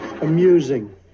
amusing